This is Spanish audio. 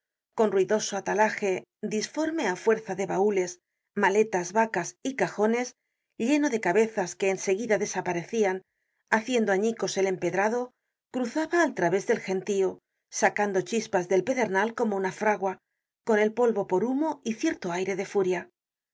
con ruidoso atalaje disforme á fuerza de baules maletas vacas y cajones lleno de cabezas que en seguida desaparecian haciendo añicos el empedrado cruzaba al través del gentío sacando chispas del perdenal como una fragua con el polvo por humo y cierto aire de furia